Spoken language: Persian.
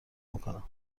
میکنم